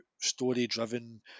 story-driven